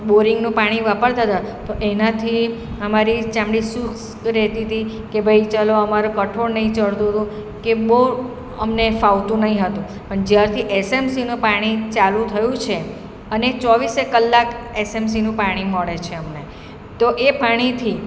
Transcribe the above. બોરિંગનું પાણી વાપરતા હતા તો એનાથી અમારી ચામડી શુષ્ક રહેતી હતી કે ભાઈ ચાલો અમારા કઠોળ નહીં ચઢતું હતું કે બહુ અમને ફાવતું નહીં હતુ પણ જ્યારથી એસએમસીનું પાણી ચાલું થયું છે અને ચોવીસે કલાક એસએમસીનું પાણી મળે છે અમને તો એ પાણીથી